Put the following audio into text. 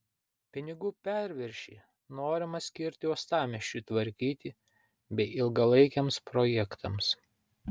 pinigų perviršį norima skirti uostamiesčiui tvarkyti bei ilgalaikiams projektams